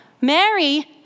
Mary